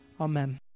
Amen